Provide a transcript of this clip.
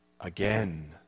again